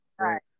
Right